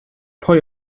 pwy